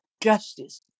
justice